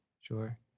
Sure